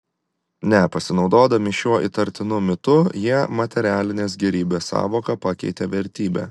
ne pasinaudodami šiuo įtartinu mitu jie materialinės gėrybės sąvoką pakeitė vertybe